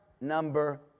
number